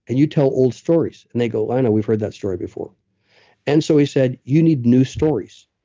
and you tell old stories and they go, i know, we've heard that story before and so he said, you need new stories.